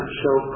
show